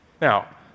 Now